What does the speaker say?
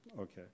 Okay